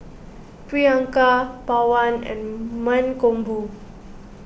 Priyanka Pawan and Mankombu